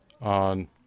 on